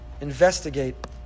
investigate